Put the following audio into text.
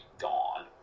gone